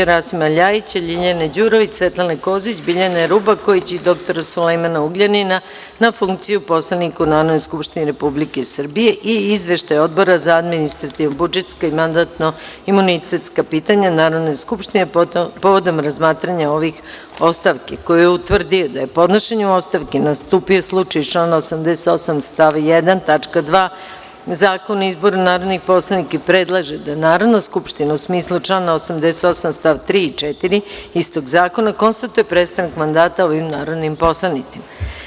Poštovani poslanici primili ste ostavku narodnog poslanika Srđana Kruževića na funkciju poslanika u Narodnoj skupštini Republike Srbije i izveštaj Odbora za administrativno-budžetska i mandatno-imunitetska pitanja Narodne skupštine povodom razmatranja ostavke koji je utvrdio da je podnošenjem ostavke nastupio slučaj iz člana 88. stav 1. tačka 2. Zakona o izboru narodnih poslanika i predlaže da Narodna skupština u smislu člana 88. stav 3. i 4. istog zakona konstatuje prestanak mandata ovom narodnom poslaniku.